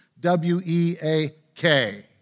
W-E-A-K